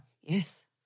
Yes